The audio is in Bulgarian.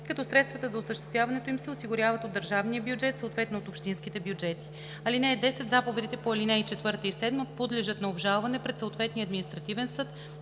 като средствата за осъществяването им се осигуряват от държавния бюджет, съответно от общинските бюджети. (10) Заповедите по ал. 4 и 7 подлежат на обжалване пред съответния административен съд